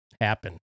happen